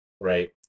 right